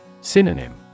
Synonym